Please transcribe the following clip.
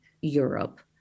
Europe